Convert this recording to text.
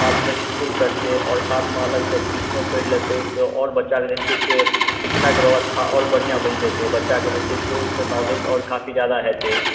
साथ मे इसकुल करतै आओर साथ मे अलग सऽ ट्यूशनो पढ़ि लेतै आओर बच्चा के जे छै से शिक्षा के व्यवस्था आओर बढिआँ बनि जेतै बच्चा के जे छै से ओहि सऽ नॉलेज आओर काफी जादा हेतै